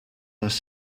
les